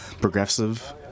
progressive